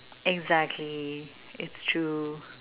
exactly it's true